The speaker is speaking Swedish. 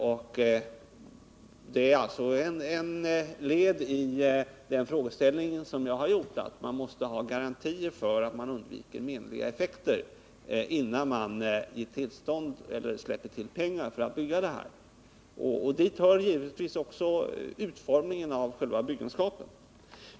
Ett led i mitt resonemang är alltså att det måste finnas garantier för att menliga effekter undviks innan man släpper till pengar för byggande av dessa ledningar. Hit hör givetvis också utformningen av själva bygget.